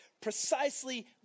precisely